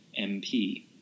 MP